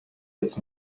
its